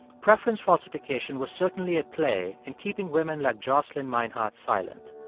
preference falsification was certainly at play in keeping women like jocelyn meinhardt silent,